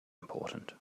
important